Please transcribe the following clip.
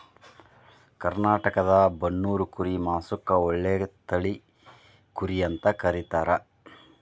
ಕರ್ನಾಟಕದ ಬನ್ನೂರು ಕುರಿ ಮಾಂಸಕ್ಕ ಒಳ್ಳೆ ತಳಿ ಕುರಿ ಅಂತ ಕರೇತಾರ